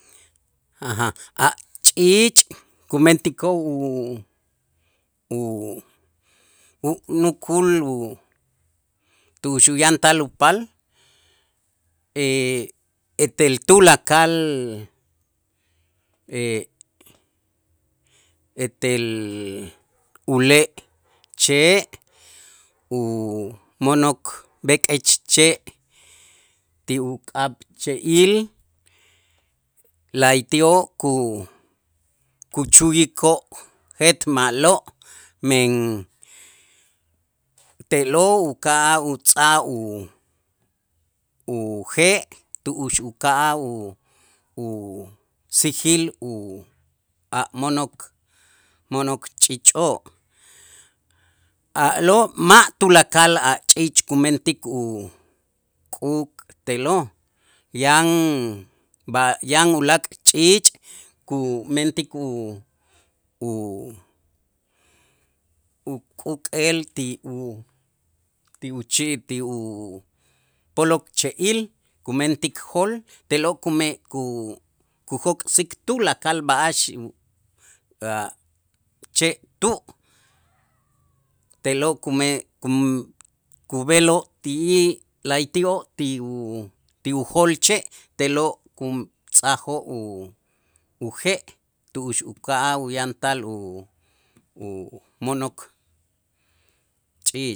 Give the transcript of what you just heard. A' ch'iich' kumentikoo' u- u- unukul tu'ux uyantal upaal etel tulakal etel ule' che' u mo'nok b'ek'ech che' ti uk'ab' che'il la'ayti'oo' kuchuyikoo' jetma'lo' men te'lo' uka'aj utz'aj u- uje' tu'ux uka'aj u- usijil u a' mo'nok, mo'nok ch'iich'oo', a'lo' ma' tulakal a' ch'iich' kumentik uk'uk te'lo', yan yan ulaak' ch'iich' kumentik u- u- uk'el ti u ti chi' ti u polok che'il kumentik jol te'lo' kume ku- kujok'sik tulakal b'a'ax a che' tu' te'lo' kume kum- kub'eloo' ti'ij la'ayti'oo' ti u ti ujol che' te'lo' kutz'ajoo' u- uje' tu'ux uka'aj uyantal u u mo'nok ch'ii